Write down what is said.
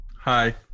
Hi